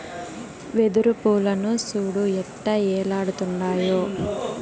వెదురు పూలను సూడు ఎట్టా ఏలాడుతుండాయో